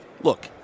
look